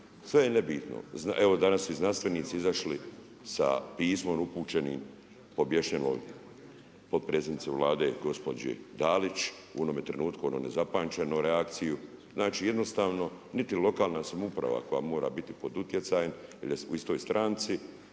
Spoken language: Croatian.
Sve je nebitno. Evo danas i znanstvenici izašli sa pismom upućenim pobješnjeloj potpredsjednici Vlade gospođi Dalić u onome trenutku, onoj nezapamćenoj reakciji. Znači jednostavno niti lokalna samouprava koja mora biti pod utjecajem jer je u istoj stranci